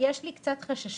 יש לי קצת חששות,